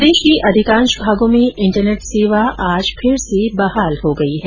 प्रदेश के अधिकांश भागो में इंटरनेट सेवा आज फिर से बहाल हो गई है